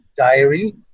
diary